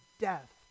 death